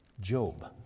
Job